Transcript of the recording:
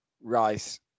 Rice